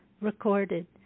recorded